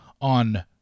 on